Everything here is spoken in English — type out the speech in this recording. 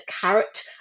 carrot